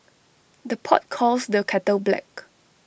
the pot calls the kettle black